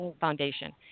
Foundation